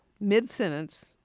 mid-sentence